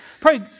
pray